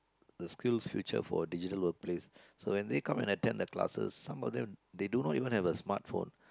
the skills futures for the digital place so when they come and attend the classes some of them they do not even have a smart phone